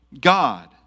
God